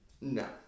No